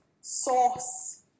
source